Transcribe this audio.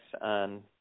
on